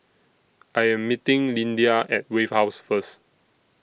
I Am meeting Lyndia At Wave House First